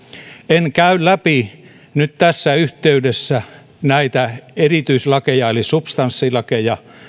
en käy läpi nyt tässä yhteydessä näitä erityislakeja eli substanssilakeja